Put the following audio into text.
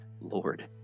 Lord